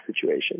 situation